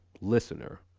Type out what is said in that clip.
listener